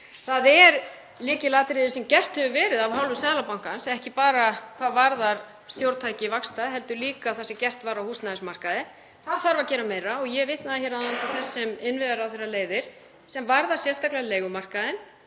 Það er lykilatriði sem gert hefur verið af hálfu Seðlabankans, ekki bara hvað varðar stjórntæki vaxta heldur líka það sem gert var á húsnæðismarkaði. Það þarf að gera meira og ég vitnaði hér áðan til þess sem innviðaráðherra leiðir, sem varðar sérstaklega leigumarkaðinn